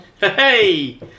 hey